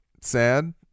Sad